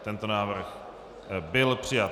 Tento návrh byl přijat.